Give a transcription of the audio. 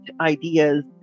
ideas